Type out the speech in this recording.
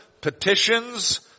petitions